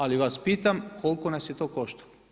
Ali vas pitam koliko nas je to koštalo?